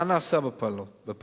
מה נעשה בפיילוט?